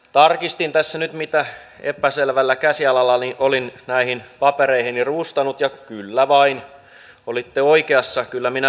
tarkistin tässä nyt mitä epäselvällä käsialallani olin näihin papereihini rustannut ja kyllä vain olitte oikeassa kyllä minä sairaistakin puhuin